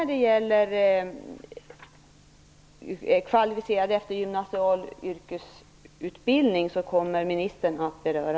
Frågan om en kvalificerad eftergymnasial utbildning kommer skolministern att beröra.